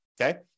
okay